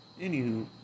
Anywho